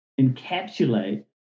encapsulate